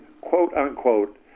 quote-unquote